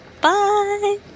Bye